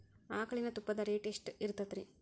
ಆಕಳಿನ ತುಪ್ಪದ ರೇಟ್ ಎಷ್ಟು ಇರತೇತಿ ರಿ?